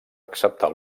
acceptar